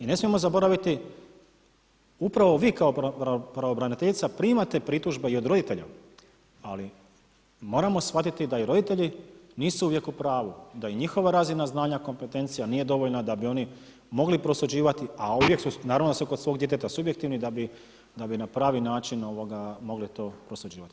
I ne smijemo zaboraviti upravo vi kao pravobraniteljica primate pritužbe i od roditelja, ali moramo shvatiti da i roditelji nisu uvijek u pravu, da je njihova razina znanja, kompetencija nije dovoljna da bi oni mogli prosuđivati, a naravno da su kod svog djeteta subjektivni da bi na pravi način mogli to prosuđivati.